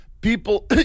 people